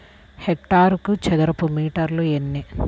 హెక్టారుకు చదరపు మీటర్లు ఎన్ని?